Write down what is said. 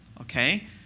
okay